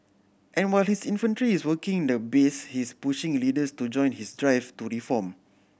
and while his infantry is working the base he's pushing leaders to join his drive to reform